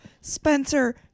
Spencer